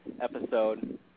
episode